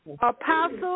Apostle